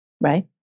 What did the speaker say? right